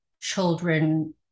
children